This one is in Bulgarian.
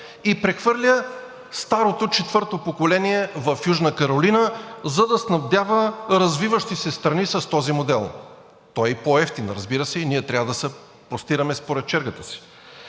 и прехвърля старото четвърто поколение в Южна Каролина, за да снабдява развиващи се страни с този модел. Той е и по-евтин, разбира се, и ние трябва да се простираме според чергата си.